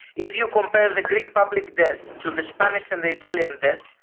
if you compare the greek public debt to the spanish and the italian debt,